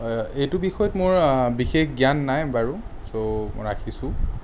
এইটো বিষয়ত মোৰ বিশেষ জ্ঞান নাই বাৰু চ' ৰাখিছোঁ